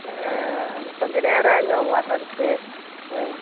கொஞ்சம் நேரம் ஆகும்ங்க அவங்க வர்றதுக்கு ஆ